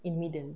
in middle